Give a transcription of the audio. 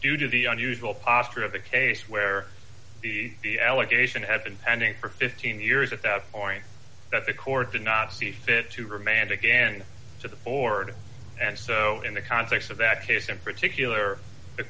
due to the unusual posture of the case where the allegation had been pending for fifteen years at that point that the court did not see fit to remand again to the board and so in the context of that case in particular the